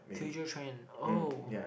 future trend oh